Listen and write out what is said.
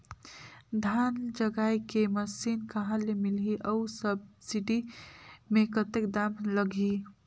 धान जगाय के मशीन कहा ले मिलही अउ सब्सिडी मे कतेक दाम लगही?